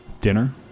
Dinner